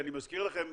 אני מזכיר לכם,